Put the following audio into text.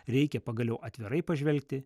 reikia pagaliau atvirai pažvelgti